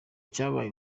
cyabaye